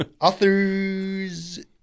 author's